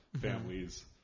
families